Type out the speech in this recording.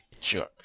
Sure